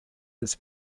its